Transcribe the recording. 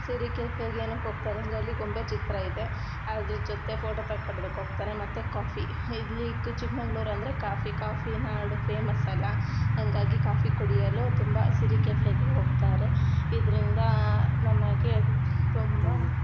ಸಿರಿ ಕೆಫೆಗೆ ಏನುಕ್ಕೆ ಹೋಗ್ತಾರಂದ್ರೆ ಅಲ್ಲಿ ಗೊಂಬೆ ಚಿತ್ರ ಐತೆ ಅದ್ರ ಜೊತೆ ಫೋಟೋ ತಕ್ಡ್ದಕ್ ಹೋಗ್ತಾನೆ ಮತ್ತು ಕಾಫಿ ಇಲ್ಲಿ ಕ್ ಚಿಕ್ಕಮಂಗ್ಳೂರ್ ಅಂದರೆ ಕಾಫಿ ಕಾಫಿ ನಾಡು ಫೇಮಸ್ ಅಲ್ಲ ಹಂಗಾಗಿ ಕಾಫಿ ಕುಡಿಯಲು ತುಂಬ ಸಿರಿ ಕೆಫೆಗೆ ಹೋಗ್ತಾರೆ ಇದ್ರಿಂದ ನಮಗೆ ತುಂಬ